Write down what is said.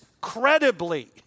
credibly